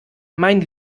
mein